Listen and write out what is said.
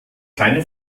kleine